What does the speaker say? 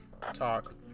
talk